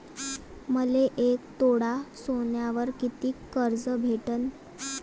मले एक तोळा सोन्यावर कितीक कर्ज भेटन?